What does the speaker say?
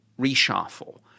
reshuffle